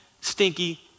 stinky